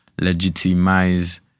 legitimize